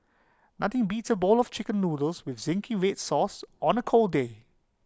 nothing beats A bowl of Chicken Noodles with Zingy Red Sauce on A cold day